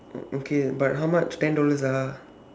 o~ okay but how much ten dollars ah